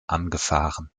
angefahren